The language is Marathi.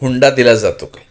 हुंडा दिला जातो का